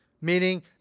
meaning